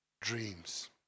Dreams